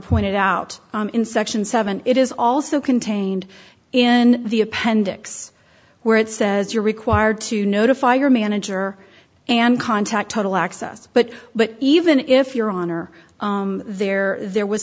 pointed out in section seven it is also contained in the appendix where it says you're required to notify your manager and contact total access but but even if your honor there there was